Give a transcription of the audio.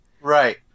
Right